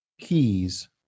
keys